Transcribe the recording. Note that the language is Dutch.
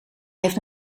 heeft